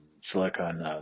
silicon